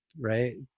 right